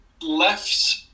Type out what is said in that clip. left